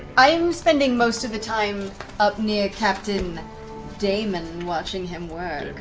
i'm spending most of the time up near captain damon, watching him work.